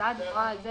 ההצעה דיברה על זה